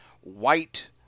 white